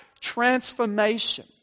transformation